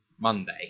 Monday